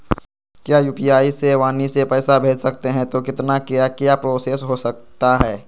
क्या यू.पी.आई से वाणी से पैसा भेज सकते हैं तो कितना क्या क्या प्रोसेस हो सकता है?